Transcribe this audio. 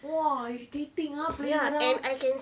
!wah! irritating ah playing around